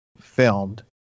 filmed